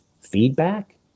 feedback